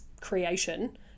creation